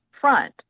front